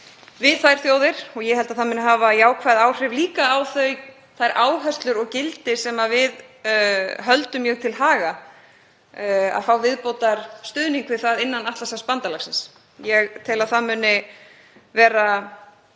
við þær þjóðir — og ég held að það muni líka hafa jákvæð áhrif á þær áherslur og gildi sem við höldum mjög til haga að fá viðbótarstuðning við það innan Atlantshafsbandalagsins. Ég tel að það muni vera